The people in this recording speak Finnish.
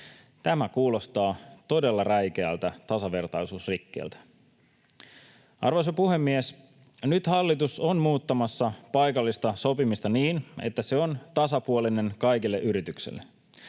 Tämä kuulostaa todella räikeältä tasavertaisuusrikkeeltä. Arvoisa puhemies! Nyt hallitus on muuttamassa paikallista sopimista niin, että se on tasapuolinen kaikille yrityksille.